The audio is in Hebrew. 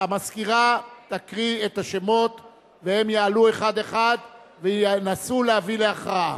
המזכירה תקריא את השמות והם יעלו אחד-אחד וינסו להביא להכרעה.